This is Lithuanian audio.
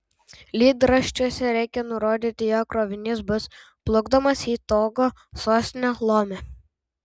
lydraščiuose reikią nurodyti jog krovinys bus plukdomas į togo sostinę lomę